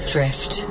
Drift